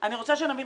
אני רוצה שנבין,